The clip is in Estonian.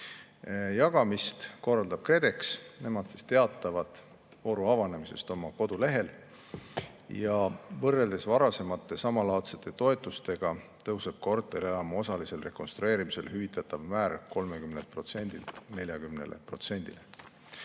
Jagamist korraldab KredEx. Nemad teatavad vooru avanemisest oma kodulehel. Võrreldes varasemate samalaadsete toetustega tõuseb korterelamu osalise rekonstrueerimise korral hüvitatav määr 30%‑lt